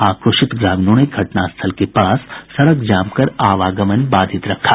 आक्रोशित ग्रामीणों ने घटनास्थल के पास सड़क जाम कर आवागमन बाधित रखा